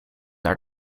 naar